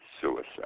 suicide